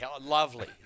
lovely